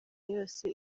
yose